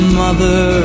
mother